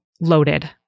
loaded